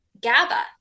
GABA